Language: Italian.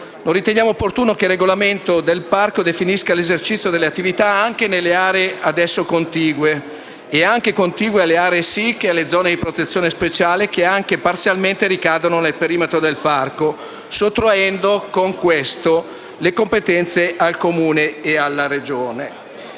Non riteniamo cioè opportuno che il regolamento del parco definisca l’esercizio delle attività anche nelle aree ad esso contigue e anche contigue ai siti di importanza comunitaria e alle zone di protezione speciale che ricadono anche parzialmente nel perimetro del parco, sottraendo con questo le competenze al Comune e alla Regione.